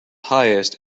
highest